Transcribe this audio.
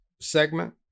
segment